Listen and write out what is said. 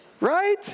right